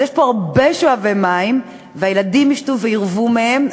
אז יש פה הרבה שואבי מים והילדים ישתו וירוו מהם.